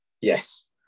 Yes